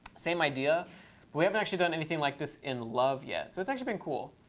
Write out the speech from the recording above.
same idea we haven't actually done anything like this in love yet. so it's actually been cool.